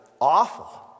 awful